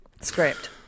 scrapped